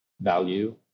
value